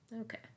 Okay